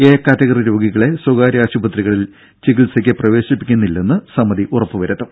A category രോഗികളെ സ്വകാര്യ ആശുപത്രികളിൽ ചികിത്സയ്ക്ക് പ്രവേശിപ്പിക്കുന്നില്ലെന്ന് സമിതി ഉറപ്പുവരുത്തും